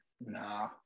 Nah